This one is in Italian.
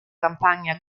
campagna